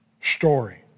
story